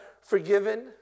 forgiven